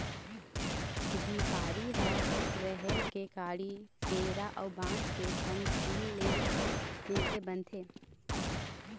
झिपारी ह राहेर के काड़ी, पेरा अउ बांस के कमचील ले मिलके बनथे